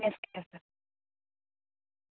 Nescafe